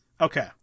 Okay